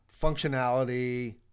functionality